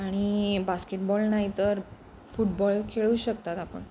आणि बास्केटबॉल नाही तर फुटबॉल खेळू शकतात आपण